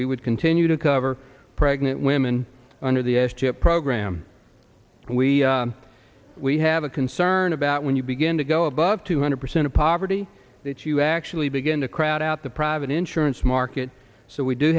we would continue to cover pregnant women under the s chip program and we we have a concern about when you begin to go above two hundred percent of poverty that you actually begin to crowd out the private insurance market so we do